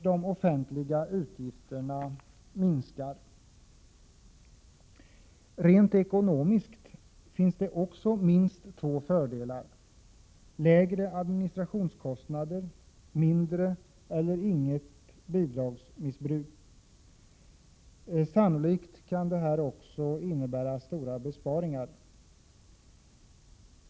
De offentliga utgifterna skulle minska. Rent ekonomiskt finns också minst två fördelar: lägre administrationskostnader och mindre eller inget bidragsmissbruk. Det skulle sannolikt också innebära stora besparingar.